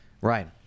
Right